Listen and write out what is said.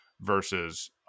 versus